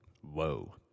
Whoa